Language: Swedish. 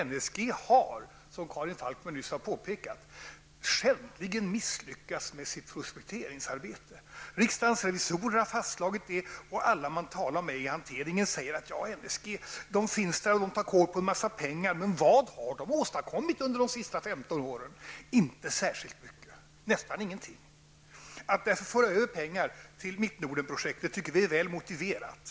NSG har, som Karin Falkmer nyss har påpekat, skändligen misslyckats med sitt prospekteringsarbete. Riksdagens revisorer har fastslagit detta. Och alla i hanteringen som har uttalat sig säger: Ja, NSG finns där, och man tar kol på en massa pengar. Men vad har man åstadkommit under de senaste 15 åren? Inte särskilt mycket, ja, nästan ingenting. Att föra över pengar till Mittnordenprojektet tycker vi är väl motiverat.